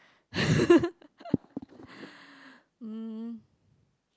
um